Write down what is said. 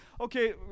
Okay